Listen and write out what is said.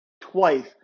twice